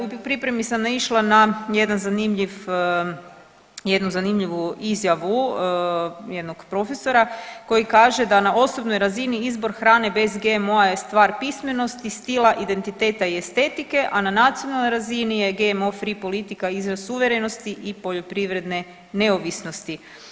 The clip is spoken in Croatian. U pripremi sam naišla na jedan zanimljiv, jednu zanimljivu izjavu jednog profesora koji kaže da na osobnoj razini izbor hrane bez GMO je stvar pismenosti, stila, identiteta i estetike, a na nacionalnoj razini je GMO free politika izraz suverenosti i poljoprivredne neovisnosti.